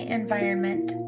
environment